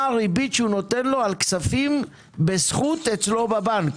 הריבית שהוא נותן לו על הכספים בזכות אצלו בבנק